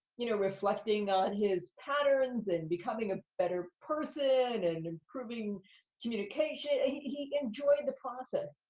you know, reflecting on his patterns and becoming a better person and improving communication, and he enjoyed the process.